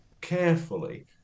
carefully